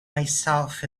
myself